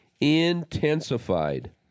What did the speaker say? intensified